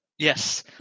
Yes